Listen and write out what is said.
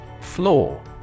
Floor